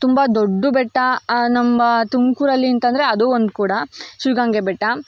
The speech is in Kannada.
ತುಂಬ ದೊಡ್ಡ ಬೆಟ್ಟ ನಮ್ಮ ತುಮಕೂರಲ್ಲಿ ಅಂತಂದರೆ ಅದು ಒಂದು ಕೂಡ ಶಿವಗಂಗೆ ಬೆಟ್ಟ